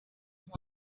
wine